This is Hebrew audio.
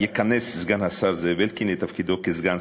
ייכנס סגן השר זאב אלקין לתפקידו כסגן